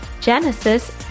Genesis